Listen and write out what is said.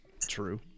True